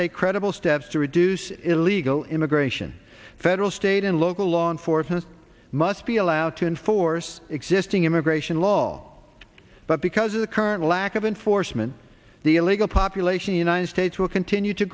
take credible steps to reduce illegal immigration federal state and local law enforcement must be allowed to enforce existing immigration law but because of the current lack of enforcement the illegal population united states will continue to